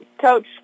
Coach